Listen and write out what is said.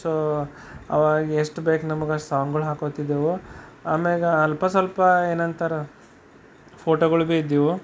so ಆವಾಗೇಷ್ಟು ಬೇಕು ನಮಗೆ ಅಷ್ಟು ಸಾಂಗ್ಗಳು ಹಾಕೋತಿದ್ದೆವು ಆಮ್ಯಾಗ ಅಲ್ಪ ಸ್ವಲ್ಪ ಏನಂತಾರೆ ಫೋಟೋಗಳು ಭೀ ಇದ್ದವು